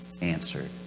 Answered